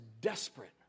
desperate